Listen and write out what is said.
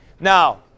Now